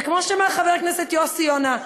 וכמו שאמר חבר הכנסת יוסי יונה,